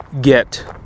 get